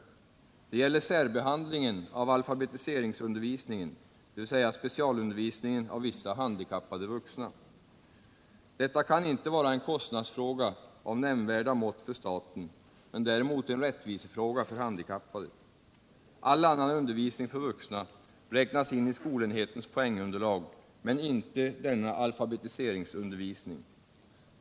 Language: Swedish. Det gäller särbehandlingen av alfabetiseringsundervisningen, dvs. specialundervisningen av vissa handikappade vuxna. Detta kan inte vara en kostnadsfråga av nämnvärda mått för staten men däremot en rättvisefråga för handikappade. All annan undervisning för vuxna räknas in i skolenhetens poängunderlag men inte denna alfabetiseringsundervisning.